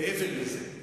מעבר לזה,